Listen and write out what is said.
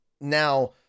Now